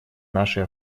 нашей